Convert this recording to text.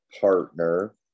partner